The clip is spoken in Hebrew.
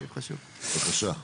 בבקשה.